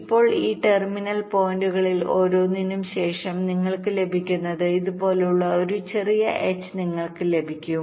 ഇപ്പോൾ ഈ ടെർമിനൽ പോയിന്റുകളിൽ ഓരോന്നിനും ശേഷം നിങ്ങൾക്ക് ലഭിക്കുന്നത് ഇതുപോലുള്ള ഒരു ചെറിയ H നിങ്ങൾക്ക് ലഭിക്കും